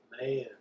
Man